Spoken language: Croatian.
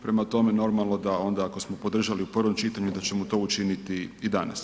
Prema tome, normalno da onda ako smo podržali u prvom čitanju da ćemo to učiniti i danas.